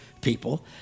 people